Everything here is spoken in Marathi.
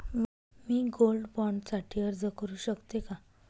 मी गोल्ड बॉण्ड साठी अर्ज करु शकते का?